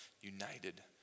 united